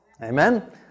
Amen